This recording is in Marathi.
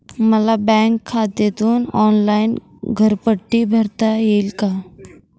मला बँक खात्यातून ऑनलाइन घरपट्टी भरता येईल का?